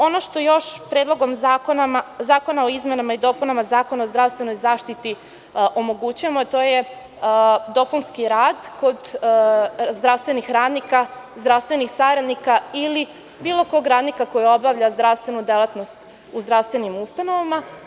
Ono što još Predlogom zakona o izmenama i dopunama Zakona o zdravstvenoj zaštiti omogućujemo, to je dopunski rad kod zdravstvenih radnika, zdravstvenih saradnika ili bilo kog radnika koji obavlja zdravstvenu delatnost u zdravstvenim ustanovama.